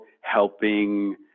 helping